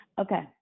Okay